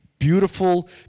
beautiful